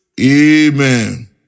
Amen